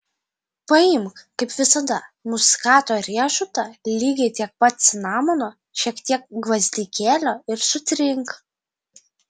paimk kaip visada muskato riešutą lygiai tiek pat cinamono šiek tiek gvazdikėlio ir sutrink